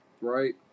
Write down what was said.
right